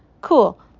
cool